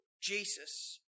Jesus